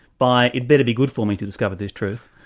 by it'd better be good for me to discover this truth,